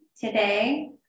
today